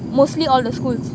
mostly all the schools